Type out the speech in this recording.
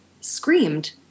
screamed